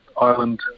island